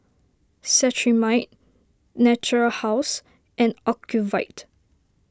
Cetrimide Natura House and Ocuvite